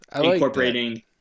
incorporating